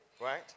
right